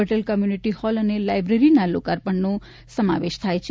Patel community hall અને લાઇબ્રેરીના લોકાર્પણનો સમાવેશ થાય છે